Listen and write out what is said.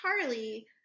Charlie